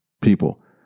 people